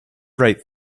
right